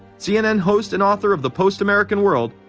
cnn host and author of the post-american world,